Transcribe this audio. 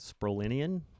Sprolinian